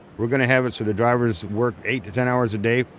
we're gonna have it so the drivers work eight to ten hours a day.